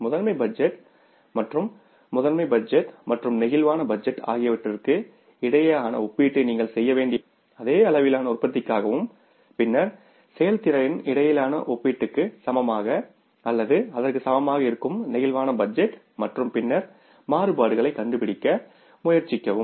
முதன்மை பட்ஜெட் மற்றும் நிலையான முதனமை பட்ஜெட் மற்றும் பிளேக்சிபிள் பட்ஜெட் ஆகியவற்றுக்கு இடையேயான ஒப்பீட்டை நீங்கள் செய்ய வேண்டிய இடத்தில் அதே அளவிலான உற்பத்திக்காகவும் பின்னர் செயல்திறனின் உண்மையான நிலைக்கும் பிளேக்சிபிள் பட்ஜெட் டிற்கும் இடையிலான ஒப்பீடு சமமாக அல்லது அதற்கு சமமாக இருக்கும் பிளேக்சிபிள் பட்ஜெட் மற்றும் பின்னர் மாறுபாடுகளைக் கண்டுபிடிக்க முயற்சிக்கவும்